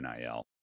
NIL